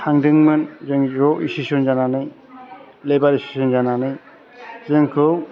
थांदोंमोन जों ज' एस'सियेस'न जानानै लेबार एस'सियेस'न जानानै जोंखौ